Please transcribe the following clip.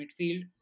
midfield